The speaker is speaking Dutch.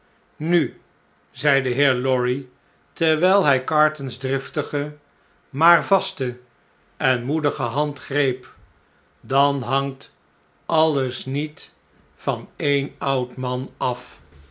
nu zei de heer lorry terwfll hy carton's driftige maar vaste en moedige hand greep dan hangt alles niet van e'en oud man af